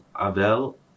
Abel